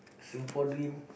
Singapore dream